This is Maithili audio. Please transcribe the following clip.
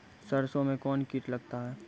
सरसों मे कौन कीट लगता हैं?